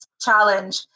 challenge